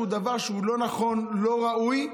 זהו דבר שהוא לא נכון, לא ראוי,